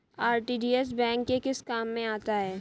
RTGS bank के किस काम में आता है?